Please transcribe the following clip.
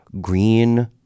Green